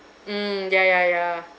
mm ya ya ya